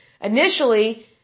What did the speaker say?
initially